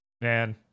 Man